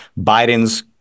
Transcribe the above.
Biden's